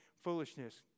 Foolishness